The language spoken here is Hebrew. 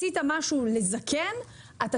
עשית משהו לזקן אתה